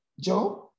job